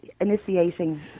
initiating